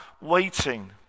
waiting